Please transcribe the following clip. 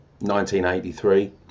1983